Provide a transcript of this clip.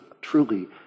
truly